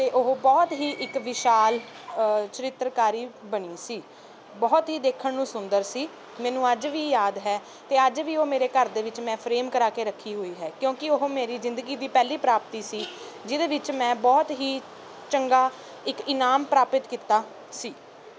ਅਤੇ ਉਹ ਬਹੁਤ ਹੀ ਇੱਕ ਵਿਸ਼ਾਲ ਚਰਿਤਰਕਾਰੀ ਬਣੀ ਸੀ ਬਹੁਤ ਹੀ ਦੇਖਣ ਨੂੰ ਸੁੰਦਰ ਸੀ ਮੈਨੂੰ ਅੱਜ ਵੀ ਯਾਦ ਹੈ ਅਤੇ ਅੱਜ ਵੀ ਉਹ ਮੇਰੇ ਘਰ ਦੇ ਵਿੱਚ ਮੈਂ ਫਰੇਮ ਕਰਾ ਕੇ ਰੱਖੀ ਹੋਈ ਹੈ ਕਿਉਂਕਿ ਉਹ ਮੇਰੀ ਜ਼ਿੰਦਗੀ ਦੀ ਪਹਿਲੀ ਪ੍ਰਾਪਤੀ ਸੀ ਜਿਹਦੇ ਵਿੱਚ ਮੈਂ ਬਹੁਤ ਹੀ ਚੰਗਾ ਇੱਕ ਇਨਾਮ ਪ੍ਰਾਪਤ ਕੀਤਾ ਸੀ